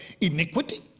iniquity